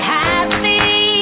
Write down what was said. happy